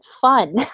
fun